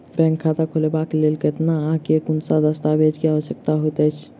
Bank खाता खोलबाबै केँ लेल केतना आ केँ कुन सा दस्तावेज केँ आवश्यकता होइ है?